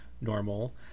normal